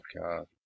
God